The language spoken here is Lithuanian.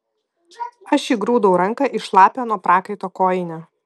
aš įgrūdau ranką į šlapią nuo prakaito kojinę